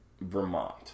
Vermont